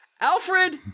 Alfred